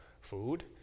food